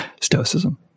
stoicism